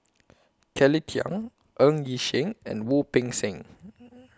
Kelly Tang Ng Yi Sheng and Wu Peng Seng